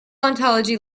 ontology